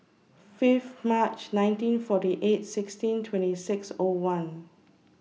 Fifth March nineteen forty eight sixteen twenty six O one